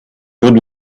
would